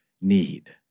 need